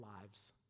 lives